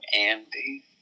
Andy